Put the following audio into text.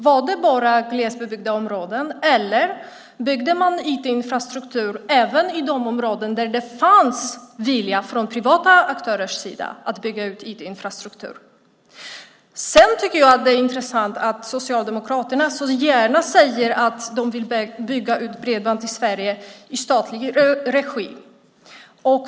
Var det bara i glesbebyggda områden, eller byggde man IT-infrastruktur även i de områden där det fanns vilja från privata aktörers sida att bygga ut IT-infrastruktur? Det är intressant att Socialdemokraterna så gärna säger att de vill bygga ut bredband i Sverige i statlig regi.